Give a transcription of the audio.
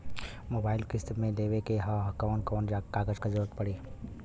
Mobile किस्त मे लेवे के ह कवन कवन कागज क जरुरत पड़ी?